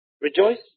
Rejoice